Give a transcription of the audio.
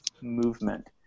movement